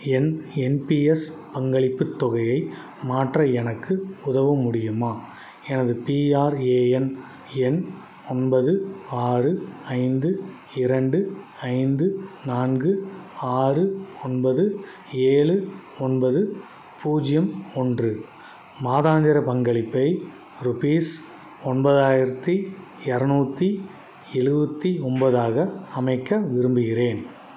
என் NPS பங்களிப்புத் தொகையை மாற்ற எனக்கு உதவ முடியுமா எனது பிஆர்ஏஎன் எண் ஒன்பது ஆறு ஐந்து இரண்டு ஐந்து நான்கு ஆறு ஒன்பது ஏழு ஒன்பது பூஜ்ஜியம் ஒன்று மாதாந்திர பங்களிப்பை ரூபீஸ் ஒன்பதாயிரத்தி இரநூத்தி எழுவத்தி ஒன்போதாக அமைக்க விரும்புகிறேன்